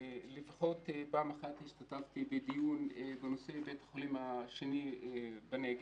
לפחות פעם אחת השתתפתי בדיון בנושא בית החולים השני בנגב.